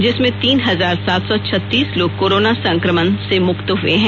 जिसमें तौन हजार सात सौ छत्तीस लोग कोरोना संक्रमण मुक्त हुए हैं